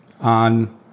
on